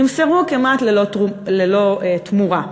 נמסרו כמעט ללא תמורה.